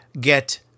get